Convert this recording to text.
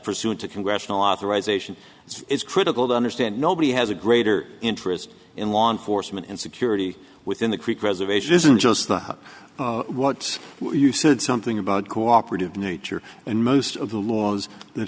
pursuant to congressional authorization it's critical to understand nobody has a greater interest in law enforcement and security within the creek reservation isn't just the what you said something about cooperative nature and most of the laws that